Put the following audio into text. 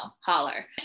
holler